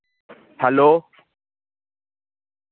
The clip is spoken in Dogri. हैलो